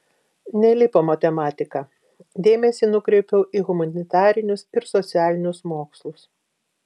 nelipo matematika dėmesį nukreipiau į humanitarinius ir socialinius mokslus